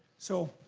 so.